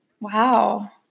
Wow